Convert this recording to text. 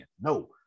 no